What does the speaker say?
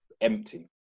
empty